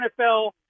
NFL